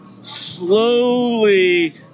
slowly